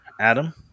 Adam